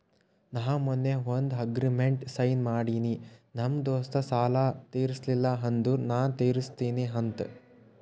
ನಾ ಮೊನ್ನೆ ಒಂದ್ ಅಗ್ರಿಮೆಂಟ್ಗ್ ಸೈನ್ ಮಾಡಿನಿ ನಮ್ ದೋಸ್ತ ಸಾಲಾ ತೀರ್ಸಿಲ್ಲ ಅಂದುರ್ ನಾ ತಿರುಸ್ತಿನಿ ಅಂತ್